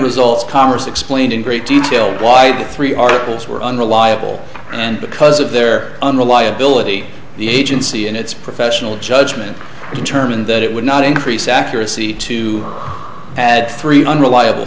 results congress explained in great detail why did three articles were unreliable and because of their unreliability the agency in its professional judgment determined that it would not increase accuracy to add three unreliable